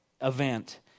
event